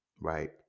right